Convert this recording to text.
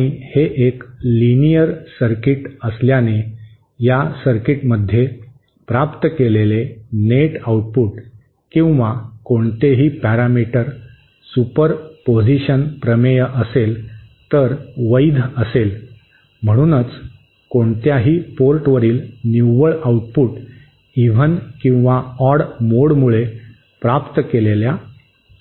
आणि हे एक लिनियर सर्किट असल्याने या सर्किटमध्ये प्राप्त केलेले नेट आउटपुट किंवा कोणतेही पॅरामीटर सुपरपोजिशन प्रमेय असेल तर वैध असेल आणि म्हणूनच कोणत्याही पोर्टवरील निव्वळ आउटपुट इव्हन किंवा ऑड मोडमुळे प्राप्त केलेल्या